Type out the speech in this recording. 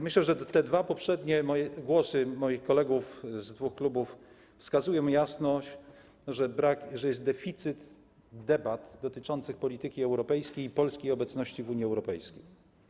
Myślę, że te dwa poprzednie głosy moich kolegów z dwóch klubów wskazują jasno, że brakuje, że jest deficyt debat dotyczących polityki europejskiej i polskiej obecności w Unii Europejskiej.